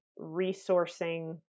resourcing